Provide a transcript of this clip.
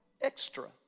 extra